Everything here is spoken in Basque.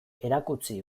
erakutsi